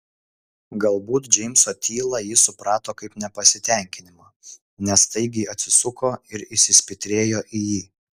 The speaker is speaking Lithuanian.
galbūt džeimso tylą ji suprato kaip nepasitenkinimą nes staigiai atsisuko ir įsispitrėjo į jį